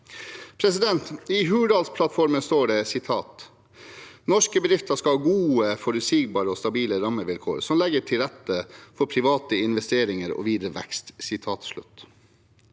I Hurdalsplattformen står det: «Norske bedrifter skal ha gode, forutsigbare og stabile rammevilkår som legger til rette for private investeringer og videre vekst.» Hvis det